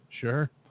Sure